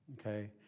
Okay